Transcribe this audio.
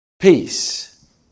Peace